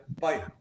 bye